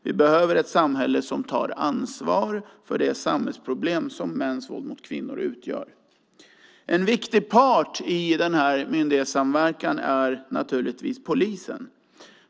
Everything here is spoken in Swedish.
Vi behöver ett samhälle som tar ansvar för de samhällsproblem som mäns våld mot kvinnor utgör. En viktig part i denna myndighetssamverkan är naturligtvis polisen.